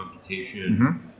computation